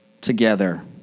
together